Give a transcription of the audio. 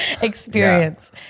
experience